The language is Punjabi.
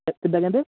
ਕਿੱਦਾਂ ਕਹਿੰਦੇ